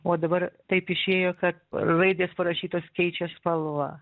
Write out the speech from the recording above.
o dabar taip išėjo kad raidės parašytos keičia spalvą